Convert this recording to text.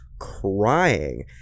Crying